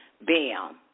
Bam